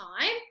time